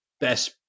best